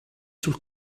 sul